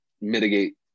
mitigate